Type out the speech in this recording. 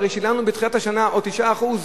הרי שילמנו בתחילת השנה עוד 9%?